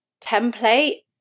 template